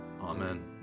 Amen